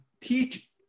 teach